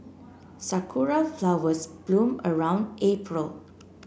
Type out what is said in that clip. sakura flowers bloom around April